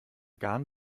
garn